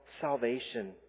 salvation